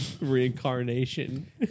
Reincarnation